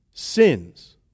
Sins